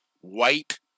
white